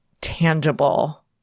tangible